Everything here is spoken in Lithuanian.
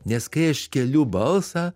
nes kai aš keliu balsą